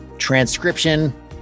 transcription